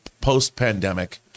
post-pandemic